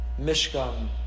Mishkan